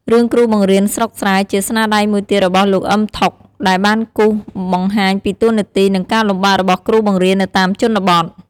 រឿងគ្រូបង្រៀនស្រុកស្រែ ជាស្នាដៃមួយទៀតរបស់ លោក អ៊ឹម ថុក ដែលបានគូសបង្ហាញពីតួនាទី និងការលំបាករបស់គ្រូបង្រៀននៅតាមជនបទ។